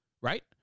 Right